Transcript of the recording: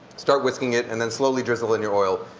start whisking it and then slowly drizzle in your oil.